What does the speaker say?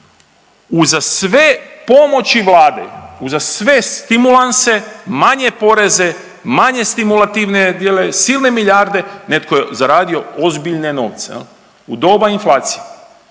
uza sve pomoći vlade, uza sve stimulanse, manje poreze, manje stimulativne …/Govornik se ne razumije/…silne milijarde netko je zaradio ozbiljne novce jel, u doba inflacije